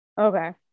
okay